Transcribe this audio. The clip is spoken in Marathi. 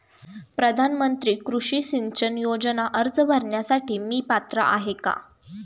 प्रधानमंत्री कृषी सिंचन योजना अर्ज भरण्यासाठी मी पात्र आहे का?